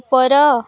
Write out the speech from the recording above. ଉପର